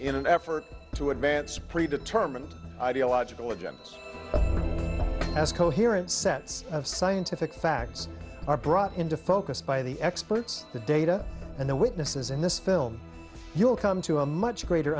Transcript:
in an effort to advance a pre determined ideological agenda as coherent sets of scientific facts are brought into focus by the experts the data and the witnesses in this film you will come to a much greater